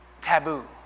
taboo